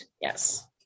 Yes